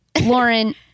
Lauren